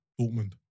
Dortmund